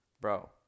bro